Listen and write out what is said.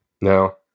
No